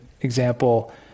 example